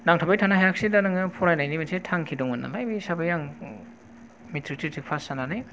नांथाब्बाय थानो हायाखैसै दा नोङो फरायनायनि मोनसे थांखि दंमोन नालाय बे हिसाबै आं मेट्रिक टेट्रिक पास जानानै